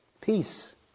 Peace